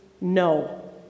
no